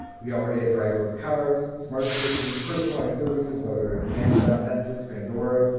we already have driverless cars, smart assistants, personalized services, whether we have amazon, netflix, pandora,